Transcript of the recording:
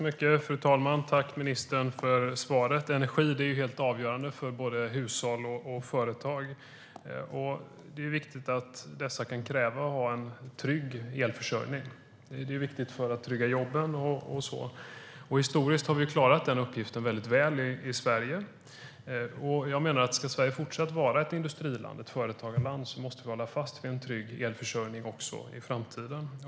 Fru talman! Tack, ministern, för svaret! Energi är helt avgörande för både hushåll och företag. Det är viktigt att dessa kan kräva en trygg elförsörjning. Det är viktigt för att trygga jobben. Historiskt har vi klarat den uppgiften väl i Sverige. Jag menar att om Sverige ska fortsätta att vara ett industriland och företagarland måste vi hålla fast vid en trygg elförsörjning också i framtiden.